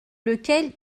lequel